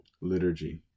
liturgy